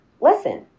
lesson